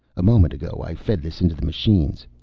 a moment ago i fed this into the machines.